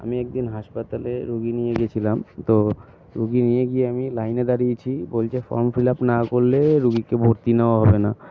আমি একদিন হাসপাতালে রুগী নিয়ে গিয়েছিলাম তো রুগী নিয়ে গিয়ে আমি লাইনে দাঁড়িয়েছি বলছে ফর্ম ফিল আপ না করলে রুগীকে ভর্তি নেওয়া হবে না